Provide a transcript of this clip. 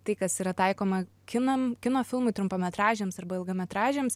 tai kas yra taikoma kinam kino filmui trumpametražiams arba ilgametražiams